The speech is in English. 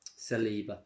Saliba